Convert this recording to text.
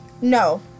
No